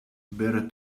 better